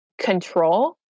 control